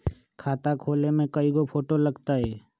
खाता खोले में कइगो फ़ोटो लगतै?